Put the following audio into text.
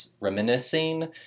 reminiscing